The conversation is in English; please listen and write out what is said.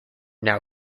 now